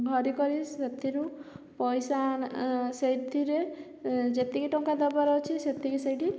ଭରିକରି ସେଥିରୁ ପଇସା ସେଥିରେ ଯେତିକି ଟଙ୍କା ଦେବାର ଅଛି ସେତିକି ସେଇଠି